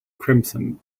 crimson